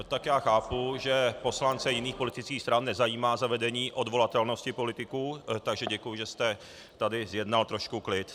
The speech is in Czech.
Tak já chápu, že poslance jiných politických stran nezajímá zavedení odvolatelnosti politiků, takže děkuji, že jste tady zjednal trošku klid.